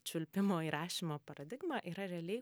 čiulpimo įrašymo paradigmą yra realiai